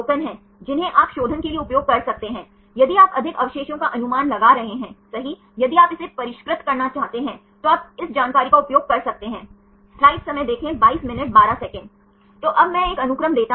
360 degree शून्य से शुरू हम कर सकते हैं यदि वे पूर्ण रोटेशन लेते हैं तो आप 360 डिग्री ले सकते हैं या यदि आप दक्षिणावर्त और विरोधी दक्षिणावर्त लेते हैं तो 180 और 180